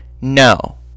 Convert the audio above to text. No